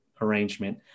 arrangement